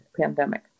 pandemic